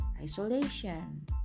isolation